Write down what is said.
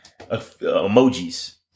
emojis